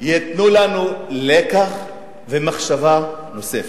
ייתנו לנו לקח ומחשבה נוספת,